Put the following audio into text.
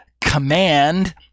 command